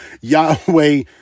Yahweh